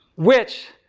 which,